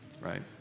right